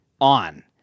on